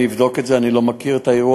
אני אבדוק את זה, אני לא מכיר את האירוע.